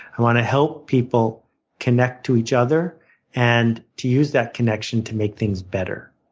i want to help people connect to each other and to use that connection to make things better.